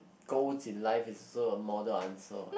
goals in life is so a model answer